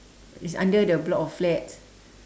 it's under the block of flats